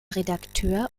redakteur